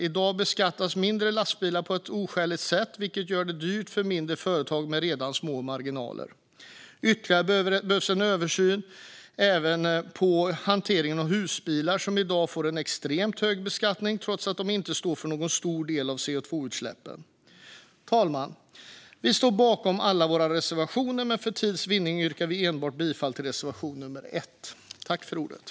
I dag beskattas mindre lastbilar på ett oskäligt sätt, vilket gör det dyrt för mindre företag som redan har små marginaler. Vidare behövs en översyn av hanteringen av husbilar, som i dag får en extremt hög beskattning trots att de inte står för någon stor andel av CO2-utsläppen. Fru talman! Jag står bakom alla våra reservationer, men för tids vinnande yrkar jag bifall enbart till reservation 1.